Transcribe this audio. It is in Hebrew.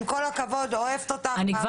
עם כל הכבוד, אני אוהבת אותך, מעריכה.